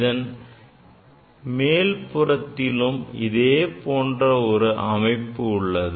இதன் மேல் புறத்திலும் இதே போன்ற ஒரு அமைப்பு உள்ளது